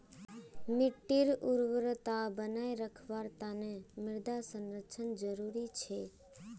मिट्टीर उर्वरता बनई रखवार तना मृदा संरक्षण जरुरी छेक